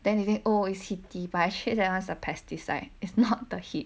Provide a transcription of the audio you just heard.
then is it oh is heaty but actually that [one] is the pesticide is not the heat